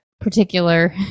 particular